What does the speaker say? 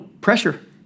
pressure